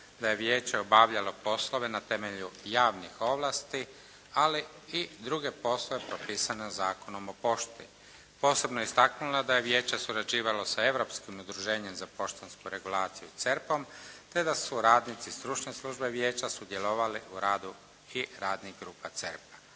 da je vijeće obavljalo poslove na temelju javnih ovlasti, ali i druge poslove propisane Zakonom o pošti. Posebno je istaknula da je vijeće surađivalo sa europskim udruženjem za poštansku regulaciju CERP-om, te da su radnici stručne službe vijeća sudjelovale u radu i radnih grupa CERP-a.